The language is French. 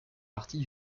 partie